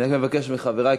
אני רק מבקש מחברי,